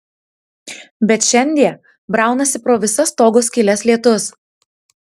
bet šiandie braunasi pro visas stogo skyles lietus